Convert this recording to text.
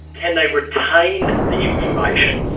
can they retain the information?